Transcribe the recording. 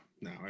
no